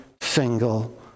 single